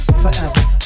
forever